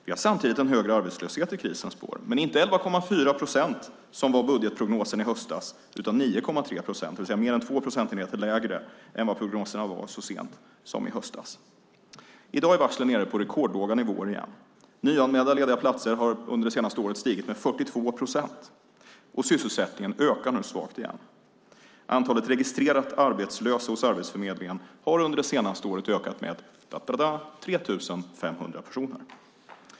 Vi har samtidigt en högre arbetslöshet i krisens spår, men inte 11,4 procent som var budgetprognosen i höstas utan 9,3 procent, det vill säga mer än två procentenheter lägre än vad prognoserna var så sent som i höstas. I dag är varslen nere på rekordlåga nivåer igen. Antalet nyanmälda lediga platser har under det senaste året stigit med 42 procent. Sysselsättningen ökar nu svagt igen. Antalet registrerat arbetslösa hos Arbetsförmedlingen har under det senaste året ökat med 3 500 personer.